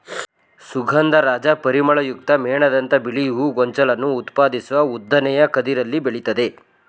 ಸುಗಂಧರಾಜ ಪರಿಮಳಯುಕ್ತ ಮೇಣದಂಥ ಬಿಳಿ ಹೂ ಗೊಂಚಲನ್ನು ಉತ್ಪಾದಿಸುವ ಉದ್ದನೆಯ ಕದಿರಲ್ಲಿ ಬೆಳಿತದೆ